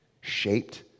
shaped